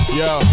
yo